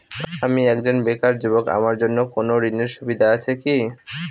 আমি একজন বেকার যুবক আমার জন্য কোন ঋণের সুবিধা আছে কি?